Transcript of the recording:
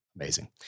Amazing